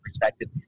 perspective